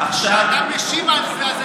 כשאתה משיב על זה,